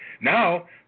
Now